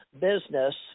business